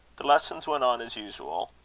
the lessons went on as usual,